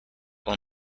will